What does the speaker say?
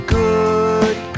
good